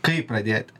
kaip pradėt